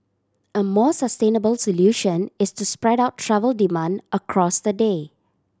a more sustainable solution is to spread out travel demand across the day